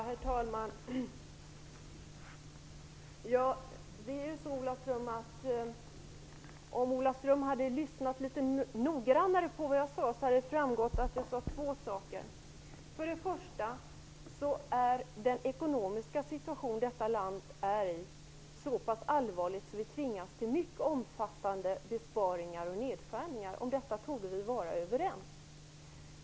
Herr talman! Om Ola Ström hade lyssnat litet noggrannare på vad jag sade, skulle det ha framgått att jag sade två saker. För det första är den ekonomiska situationen i detta land så pass allvarlig att vi tvingas till mycket omfattande besparingar och nedskärningar. Därom torde vi vara överens.